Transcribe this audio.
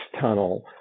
tunnel